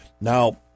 Now